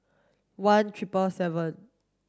one triple seven